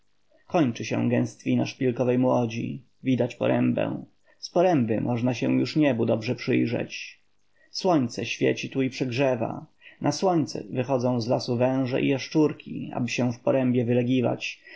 kończy się gęstwina szpilkowej młodzi widać porębę z poręby można się już niebu dobrze przypatrzeć słońce świeci tu i przygrzewa na słońce wychodzą z lasu węże i jaszczurki aby się w porębie wylegiwać